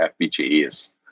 FPGAs